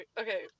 okay